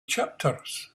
chapters